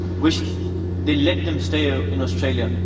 which they let them stay ah in australia,